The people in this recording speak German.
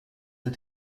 der